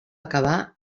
acabar